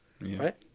right